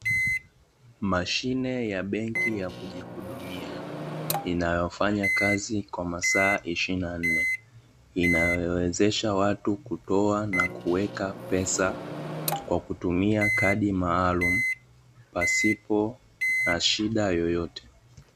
Mashine ya benki ya kujihudumia inayofanya kazi kwa masaa ishirini na nne, inayowezesha watu kutoa na kuweka pesa kwa kutumia kadi maalumu pasipo na shida yoyote.